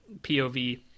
POV